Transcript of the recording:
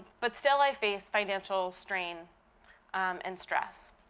but still i face financial strain and stress.